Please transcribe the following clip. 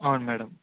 అవును మ్యాడమ్